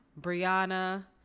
brianna